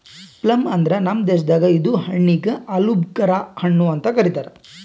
plum ಅಂದುರ್ ನಮ್ ದೇಶದಾಗ್ ಇದು ಹಣ್ಣಿಗ್ ಆಲೂಬುಕರಾ ಹಣ್ಣು ಅಂತ್ ಕರಿತಾರ್